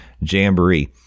jamboree